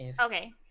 Okay